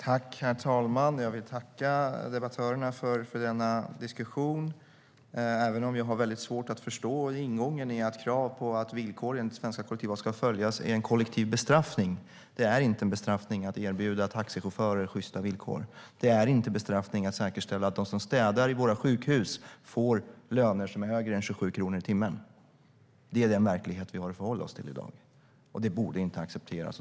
Herr talman! Jag vill tacka debattörerna för denna diskussion, även om jag har väldigt svårt att förstå ingången i att krav på att villkoren i svenska kollektivavtal ska följas är en kollektiv bestraffning. Det är inte en bestraffning att erbjuda taxichaufförer sjysta villkor. Det är inte en bestraffning att säkerställa att de som städar i våra sjukhus får löner som är högre än 27 kronor i timmen. Det är den verklighet vi har att förhålla oss till i dag. Det borde inte accepteras.